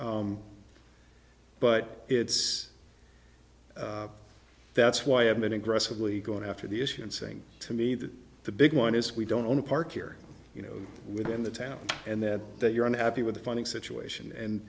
but it's that's why i have been aggressively going after the issue and saying to me that the big one is we don't only park here you know within the town and then that you're unhappy with the funding situation and